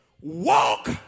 walk